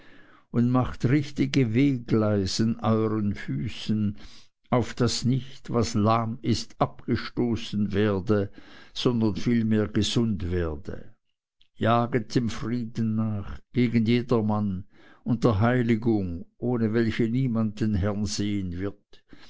und machet richtige wegleisen euren füßen auf daß nicht was lahm ist abgestoßen werde sondern vielmehr gesund werde jaget dem frieden nach gegen jedermann und der heiligung ohne welche niemand den herrn sehen wird